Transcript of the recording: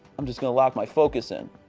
i'm just going to lock my focus in.